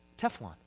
Teflon